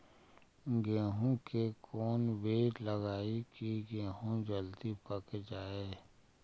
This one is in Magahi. गेंहू के कोन बिज लगाई कि गेहूं जल्दी पक जाए?